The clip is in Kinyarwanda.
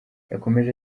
yakomeje